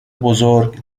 بزرگ